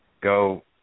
go